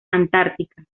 antártica